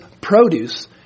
produce